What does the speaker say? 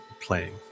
playing